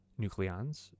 nucleons